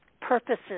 purposes